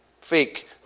fake